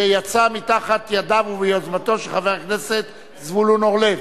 שיצא מתחת ידיו וביוזמתו של חבר הכנסת זבולון אורלב.